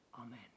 Amen